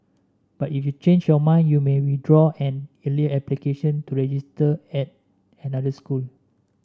but if you change your mind you may withdraw an earlier application to register at another school